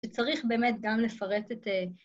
שצריך באמת גם לפרט את...